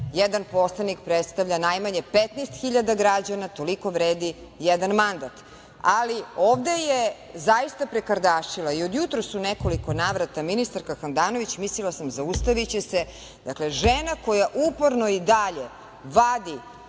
jedan poslanik predstavlja najmanje 15.000 građana, toliko vredi jedan mandat. Ovde je zaista prekardašila. Od jutros u nekoliko navrata ministarka Handanović, mislila sam zaustaviće se, dakle, žena koja uporno i dalje vadi